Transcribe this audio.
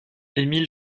émile